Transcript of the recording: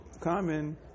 common